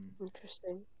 Interesting